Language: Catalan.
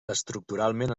estructuralment